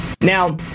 Now